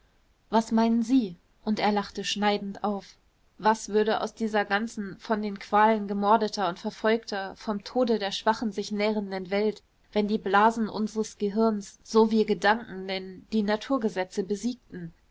was meinen sie und er lachte schneidend auf was würde aus dieser ganzen von den qualen gemordeter und verfolgter vom tode der schwachen sich nährenden welt wenn die blasen unseres gehirns so wir gedanken nennen die naturgesetze besiegten